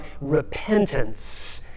repentance